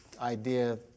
idea